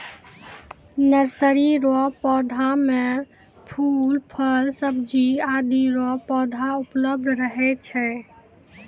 nursery रो पौधा मे फूल, फल, सब्जी आदि रो पौधा उपलब्ध रहै छै